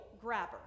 grabber